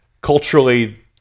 culturally